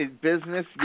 Business